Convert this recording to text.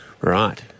Right